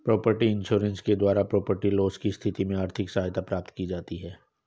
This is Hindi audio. प्रॉपर्टी इंश्योरेंस के द्वारा प्रॉपर्टी लॉस की स्थिति में आर्थिक सहायता प्राप्त की जाती है